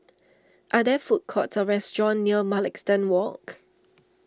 are there food courts or restaurants near Mugliston Walk